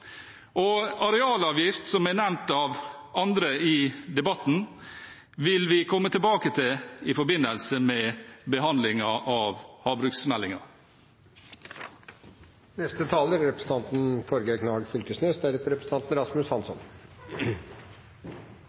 vilkår. Arealavgift, som er nevnt av andre i debatten, vil vi komme tilbake til i forbindelse med behandlingen av